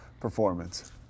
performance